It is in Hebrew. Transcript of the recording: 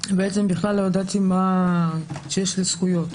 בעצם בכלל לא ידעתי שיש לי זכויות.